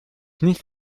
nicht